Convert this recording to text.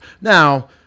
Now